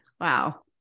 Wow